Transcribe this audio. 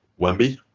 Wemby